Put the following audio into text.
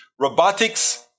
Robotics